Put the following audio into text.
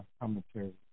commentary